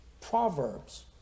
Proverbs